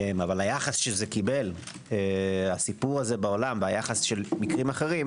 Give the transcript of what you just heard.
אבל היחס שקיבל הסיפור הזה בעולם לעומת מקרים אחרים